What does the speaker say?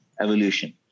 evolution